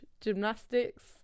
gymnastics